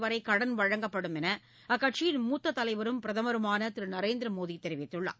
வரை கடன் வழங்கப்படும் என அக்கட்சியின் மூத்தத் தலைவரும் பிரதமருமான திரு நரேந்திர மோடி தெரிவித்துள்ளார்